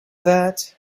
that